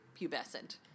pubescent